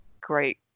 great